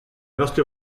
nostri